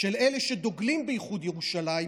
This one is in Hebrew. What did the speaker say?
של אלה שדוגלים באיחוד ירושלים,